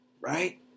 Right